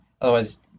Otherwise